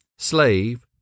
Slave